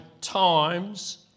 times